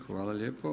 Hvala lijepo.